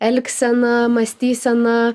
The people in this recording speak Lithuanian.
elgsena mąstysena